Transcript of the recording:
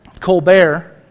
Colbert